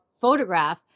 photograph